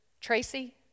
Tracy